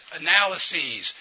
analyses